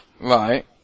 Right